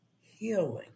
healing